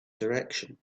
direction